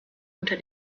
unter